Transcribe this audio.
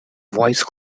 voice